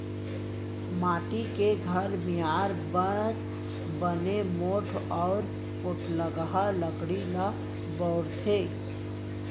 माटी के घर मियार बर बने मोठ अउ पोठलगहा लकड़ी ल बउरथे